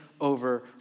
over